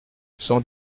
cent